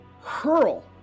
hurl